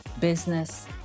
business